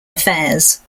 affairs